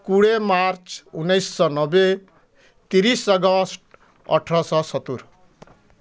କୋଡ଼ିଏ ମାର୍ଚ୍ଚ ଉଣେଇଶହ ନବେ ତିରିଶ ଅଗଷ୍ଟ ଅଠରଶହ ସତୁରି